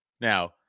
now